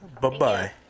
Bye-bye